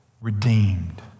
redeemed